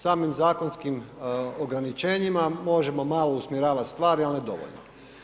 Samim zakonskim ograničenjima možemo malo usmjeravati stvari, ali ne dovoljno.